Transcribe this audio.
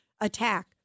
attack